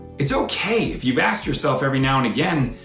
it's okay if you've asked yourself every now and again,